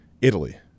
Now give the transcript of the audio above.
Italy